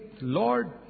Lord